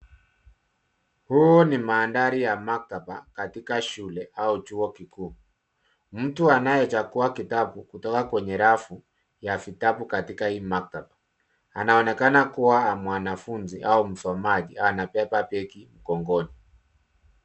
Huu ni mandhari ya maktaba katika shule au chuo kikuu. Mtu anayechagua kitabu kutoka kwenye rafu ya vitabu katika hii maktaba. Anaonekana kuwa mwanafunzi au msomaji anabeba begi mgongoni.